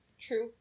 True